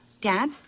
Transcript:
Dad